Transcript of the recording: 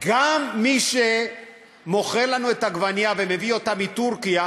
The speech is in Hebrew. גם מי שמוכר לנו את העגבנייה ומביא אותה מטורקיה,